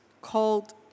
called